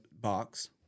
box